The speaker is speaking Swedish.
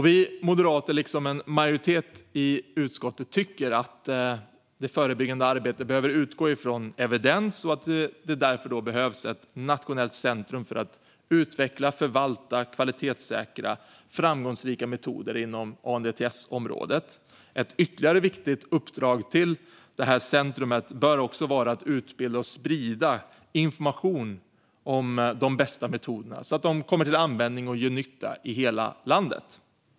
Vi moderater, liksom en majoritet i utskottet, tycker att det förebyggande arbetet behöver utgå från evidens och att det därför behövs ett nationellt centrum för att utveckla, förvalta och kvalitetssäkra framgångsrika metoder inom ANDTS-området. Ytterligare ett viktigt uppdrag för detta centrum bör vara att utbilda och sprida information om de bästa metoderna så att de kommer till användning och gör nytta i hela landet.